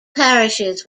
parishes